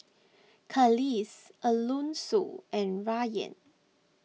Kelis Alonso and Rayan